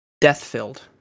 death-filled